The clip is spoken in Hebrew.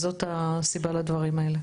זאת הסיבה לדברים האלה.